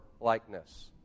likeness